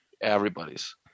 Everybody's